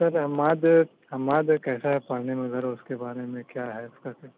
سر حماد حماد کیسا ہے پڑھنے میں سر اس کے بارے میں کیا ہے اس کا